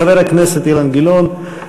חבר הכנסת אילן גילאון,